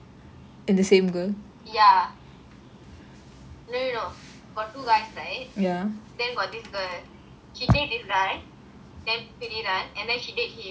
ya no no no got two guys right then got this girl she date this guy then then she date him